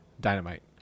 Dynamite